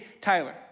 Tyler